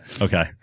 Okay